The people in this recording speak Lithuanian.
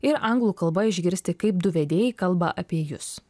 ir anglų kalba išgirsti kaip du vedėjai kalba apie jus